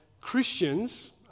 Christians